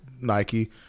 Nike